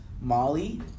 Molly